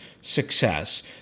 success